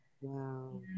Wow